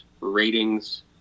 ratings